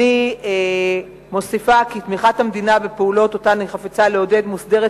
אני מוסיפה כי תמיכת המדינה בפעולות שאותן היא חפצה לעודד מוסדרת,